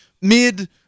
mid